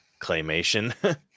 claymation